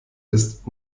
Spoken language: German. ist